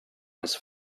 his